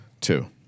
Two